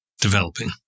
developing